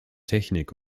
technik